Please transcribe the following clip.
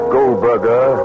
Goldberger